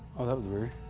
well, that was rude.